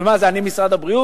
מה זה, אני משרד הבריאות?